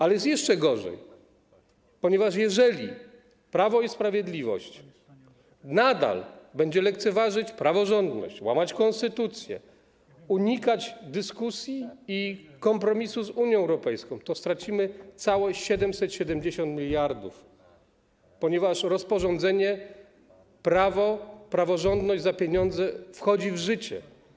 Ale jest jeszcze gorzej, ponieważ jeżeli Prawo i Sprawiedliwość nadal będzie lekceważyć praworządność, łamać konstytucję, unikać dyskusji i kompromisu z Unią Europejską, to stracimy całe 770 mld, ponieważ rozporządzenie: prawo, praworządność za pieniądze wchodzi w życie.